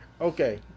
Okay